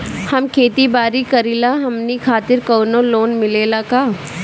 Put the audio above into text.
हम खेती बारी करिला हमनि खातिर कउनो लोन मिले ला का?